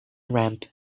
ramp